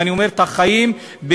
ואני אומר את החיים במתכוון,